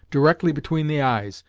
directly between the eyes,